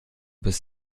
bis